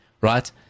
right